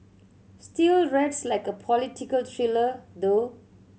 still reads like a political thriller though